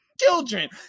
children